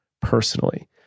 personally